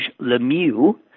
Lemieux